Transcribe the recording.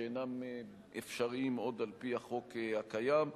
שאינם אפשריים עוד על-פי החוק הקיים.